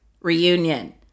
reunion